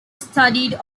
studied